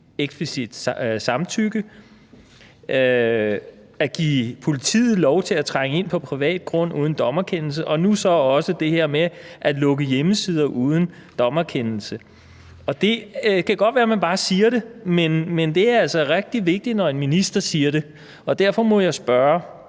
eksplicit samtykke, det at give politiet lov til at trænge ind på privat grund uden dommerkendelse og nu også det her med at lukke hjemmesider uden dommerkendelse. Det kan godt være, man bare siger det, men det er altså rigtig vigtigt, når en minister siger det. Og derfor må jeg spørge: